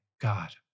God